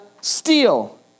steal